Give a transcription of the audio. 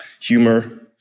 humor